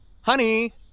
Honey